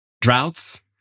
droughts